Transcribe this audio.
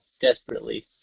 desperately